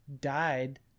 died